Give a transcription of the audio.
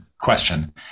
question